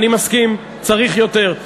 אני מסכים, צריך יותר.